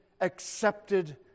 accepted